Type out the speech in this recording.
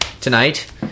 tonight